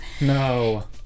no